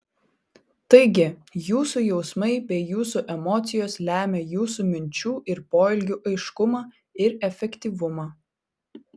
taigi jūsų jausmai bei jūsų emocijos lemia jūsų minčių ir poelgių aiškumą ir efektyvumą